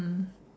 mm